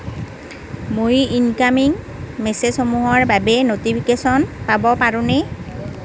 মই ইনকামিং মেছেজসমূহৰ বাবে ন'টিফিকেশ্যন পাব পাৰোঁনে